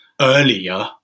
earlier